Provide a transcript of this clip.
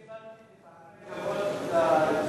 אני באתי מטעמי כבוד להיסטוריה,